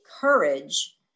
courage